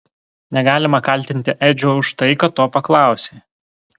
negalima kaltinti edžio už tai kad to paklausė